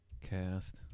cast